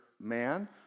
man